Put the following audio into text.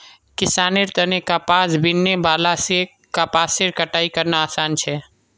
किसानेर तने कपास बीनने वाला से कपासेर कटाई करना आसान छे